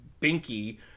binky